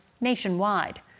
nationwide